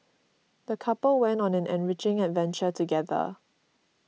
the couple went on an enriching adventure together